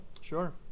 Sure